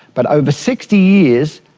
but over sixty years,